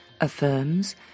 affirms